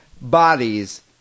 Bodies